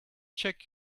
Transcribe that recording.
check